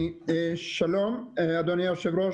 שלום אדוני היושב-ראש,